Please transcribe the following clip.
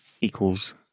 equals